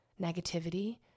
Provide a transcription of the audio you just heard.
negativity